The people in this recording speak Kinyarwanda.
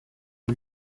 ibi